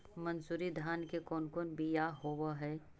मनसूरी धान के कौन कौन बियाह होव हैं?